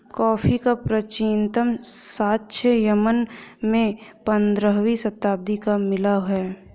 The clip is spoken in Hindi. कॉफी का प्राचीनतम साक्ष्य यमन में पंद्रहवी शताब्दी का मिला है